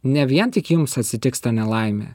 ne vien tik jums atsitiks ta nelaimė